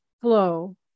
flow